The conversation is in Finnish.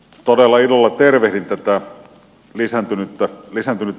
todella ilolla tervehdin tätä lisääntynyttä summaa